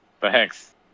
Thanks